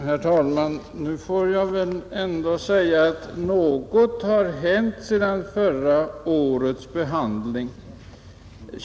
Herr talman! Något har väl ändå hänt sedan frågan behandlades förra året.